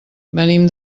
venim